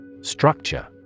Structure